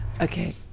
Okay